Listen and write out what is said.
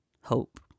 hope